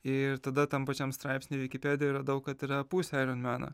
ir tada tam pačiam straipsny vikipedijoj radau kad yra pusė aironmeno